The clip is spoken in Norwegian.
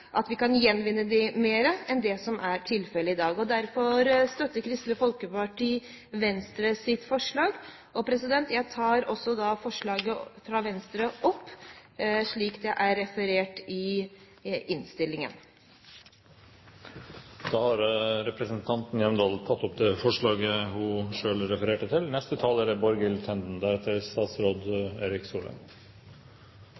at vi kan gjenvinne dem mer enn det som er tilfellet i dag. Derfor støtter Kristelig Folkeparti Venstres forslag, og jeg tar da opp forslaget som er referert i innstillingen. Representanten Line Henriette Hjemdal har tatt opp det forslaget hun refererte til.